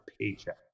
Paycheck